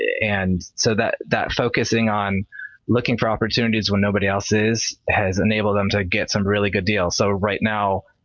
and so that that focusing on looking for opportunities when nobody else is has enabled them to get some really good deals. so right now,